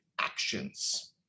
actions